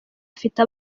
afite